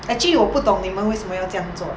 actually 我不懂你们为什么要这样做